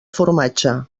formatge